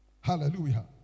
Hallelujah